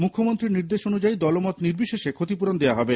মুখ্যমন্ত্রীর নির্দেশ অনুযায়ী দলমত নির্বিশেষে ক্ষতিপূরণ দেওয়া হবে